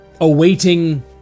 awaiting